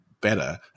better